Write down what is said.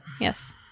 Yes